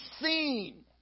seen